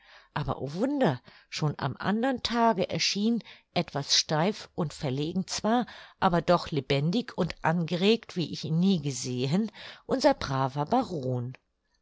aber o wunder schon am andern tage erschien etwas steif und verlegen zwar aber doch lebendig und angeregt wie ich ihn nie gesehen unser braver baron